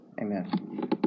Amen